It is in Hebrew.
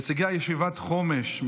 נציגי ישיבת חומש,